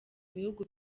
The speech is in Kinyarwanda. bihugu